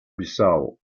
bissau